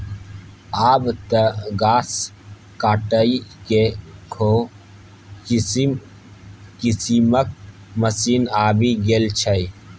आब तँ घास काटयके सेहो किसिम किसिमक मशीन आबि गेल छै